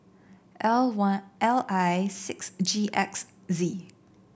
L one L I six G X Z